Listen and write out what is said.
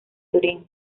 turín